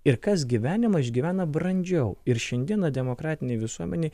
ir kas gyvenimą išgyvena brandžiau ir šiandiena demokratinėj visuomenėj